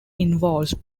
involves